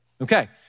Okay